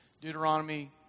Deuteronomy